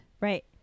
right